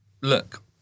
look